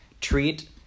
treat